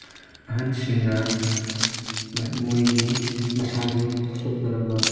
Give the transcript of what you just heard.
ꯑꯍꯟꯁꯤꯡꯅ ꯃꯣꯏꯒꯤ ꯃꯁꯥꯒꯤ ꯁꯣꯛꯇꯅꯕ